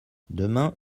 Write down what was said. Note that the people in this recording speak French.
demain